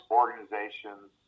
organizations